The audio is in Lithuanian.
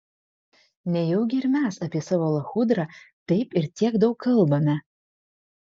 nejaugi ir mes apie savo lachudrą taip ir tiek daug kalbame